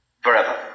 forever